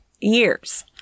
years